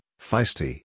feisty